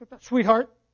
Sweetheart